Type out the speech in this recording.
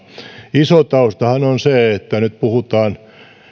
iso taustahan on se että nyt puhutaan